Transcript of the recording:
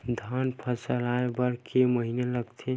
धान फसल आय बर कय महिना लगथे?